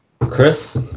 chris